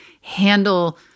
handle